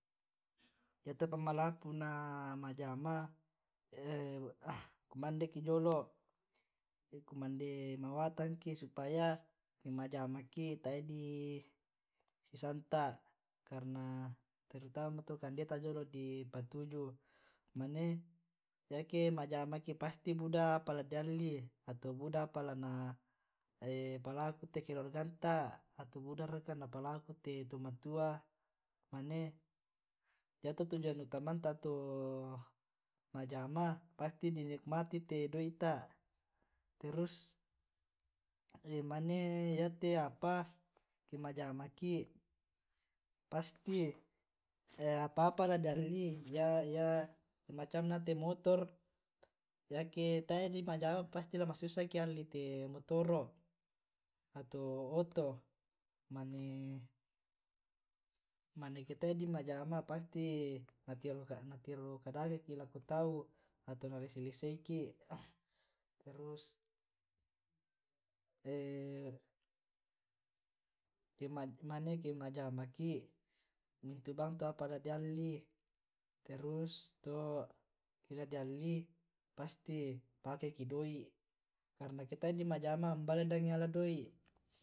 yato pa malapu'na ma'jama kumande ki jolo', kumande mawatangki supaya ke ma'jama ki tae di sisanta', karena terutama to kande ta jolo' di patuju,. mane yake ma'jamaki pasti buda apa ladi alli ato buda apa lana paluku te keluargata, ato buda raka la na palaku te' tomatua, mane yato tujuan utamata to ma'jama pasti di nikmati te doi'ta, terus mane yate apa ke ma'jamaki pasti apa apa la dialli ya semacamna te' motor yake tae di ma'jama pasti la masussaki la alli te' motoro ato oto mane eke tae' di ma'jama pasti na tiro kadake ki' lako tau atau na lese leseiki terus mane ke ma'jamaki mintu bang tu apa ladi alli terus to ke ladi alli pasti pakeki' doi' karna ake tae di ma'jama umba ladi ngai ala doi'.